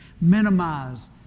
Minimize